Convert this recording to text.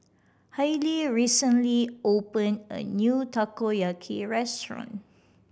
Hailie recently opened a new Takoyaki restaurant